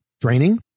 draining